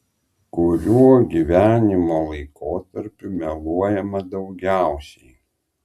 kuriuo gyvenimo laikotarpiu meluojama daugiausiai